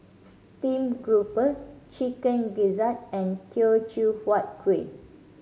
stream grouper Chicken Gizzard and Teochew Huat Kueh